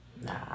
Nah